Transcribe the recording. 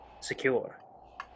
secure